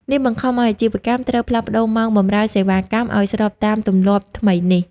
នេះបង្ខំឱ្យអាជីវកម្មត្រូវផ្លាស់ប្តូរម៉ោងបម្រើសេវាកម្មឱ្យស្របតាមទម្លាប់ថ្មីនេះ។